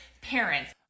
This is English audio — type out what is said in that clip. parents